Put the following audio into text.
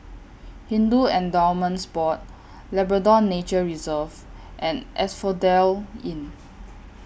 Hindu Endowments Board Labrador Nature Reserve and Asphodel Inn